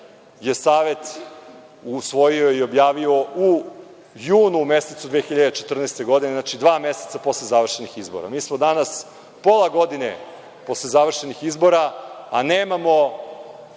je savet usvojio i objavio u junu mesecu 2014. godine, znači, dva meseca posle završenih izbora. Mi smo danas pola godine posle završenih izbora, a nemamo